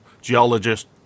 geologist